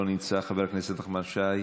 לא נמצא, חבר הכנסת נחמן שי,